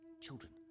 children